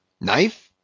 Knife